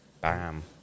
Bam